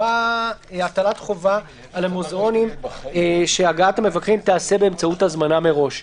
- הטלת חובה על המוזיאונים שהגעת המבקרים תיעשה באמצעות הזמנה מראש.